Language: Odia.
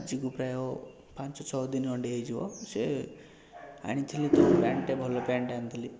ଆଜିକୁ ପ୍ରାୟ ପାଞ୍ଚ ଛଅ ଦିନ ଖଣ୍ଡେ ହେଇଯିବ ସେ ଆଣିଥିଲି ପ୍ୟାଣ୍ଟ୍ଟେ ଭଲ ପ୍ୟାଣ୍ଟ୍ଟେ ଆଣିଥିଲି